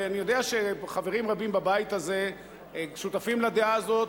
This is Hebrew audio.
ואני יודע שחברים רבים בבית הזה שותפים לדעה הזאת